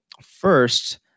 first